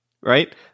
right